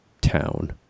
town